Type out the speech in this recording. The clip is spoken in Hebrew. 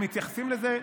הם מתייחסים לזה,